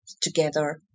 together